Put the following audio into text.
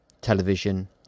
television